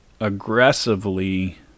aggressively